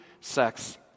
sex